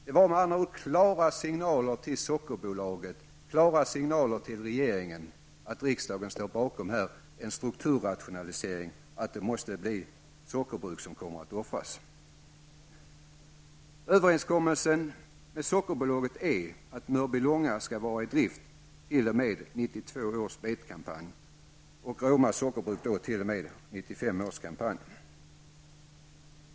Det var med andra ord klara signaler till Sockerbolaget och regeringen om att riksdagen står bakom en strukturrationalisering här och att sockerbruk måste offras. Överenskommelsen med Roma sockerbruk skall vara i drift t.o.m. 1995 år kampanj.